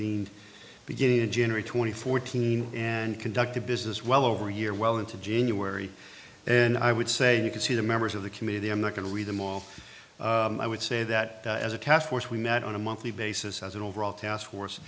convened beginning a general twenty fourteen and conducted business well over a year well into january and i would say you can see the members of the committee i'm not going to read them all i would say that as a task force we met on a monthly basis as an overall task force